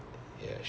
S_P_F